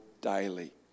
daily